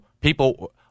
People